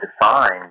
defined